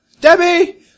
debbie